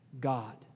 God